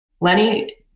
Lenny